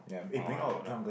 on what lah